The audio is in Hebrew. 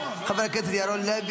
חבר הכנסת מתן כהנא,